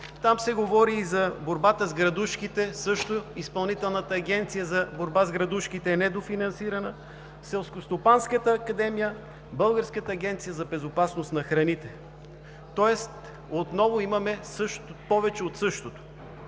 там се говори за борбата с градушките, също Изпълнителната агенция за борба с градушките е недофинансирана, Селскостопанската академия, Българската агенция за безопасност на храните. Тоест, отново имаме повече от същото.